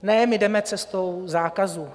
Ne my jdeme cestou zákazů.